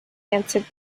answered